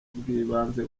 bwibanze